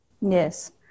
Yes